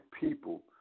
people